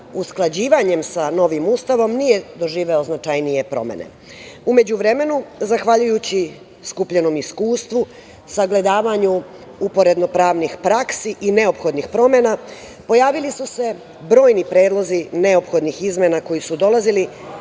usklađivanjem sa novim Ustavom, nije doživeo značajnije promene.U međuvremenu zahvaljujući skupljenom iskustvu sagledavanju uporedno-pravnih praksi i neophodnih promena pojavili su se brojni predlozi neophodnih izmena koji su dolazili